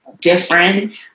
different